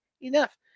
Enough